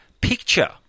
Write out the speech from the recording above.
picture